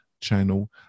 channel